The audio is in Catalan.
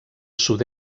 sud